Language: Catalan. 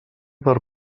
per